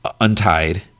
untied